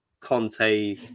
Conte